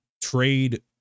trade